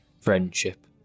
friendship